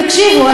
תקשיבו,